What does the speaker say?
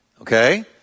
Okay